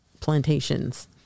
plantations